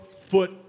foot